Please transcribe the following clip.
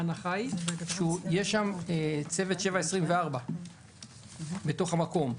ההנחה היא שיש שם צוות 7/24 בתוך המקום,